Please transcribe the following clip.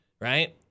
Right